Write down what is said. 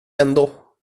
ändå